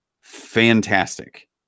fantastic